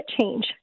change